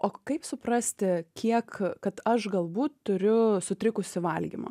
o kaip suprasti kiek kad aš galbūt turiu sutrikusį valgymą